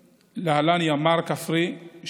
להלן: ימ"ר כפרי,